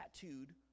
tattooed